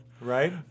Right